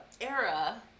era